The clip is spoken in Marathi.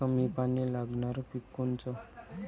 कमी पानी लागनारं पिक कोनचं?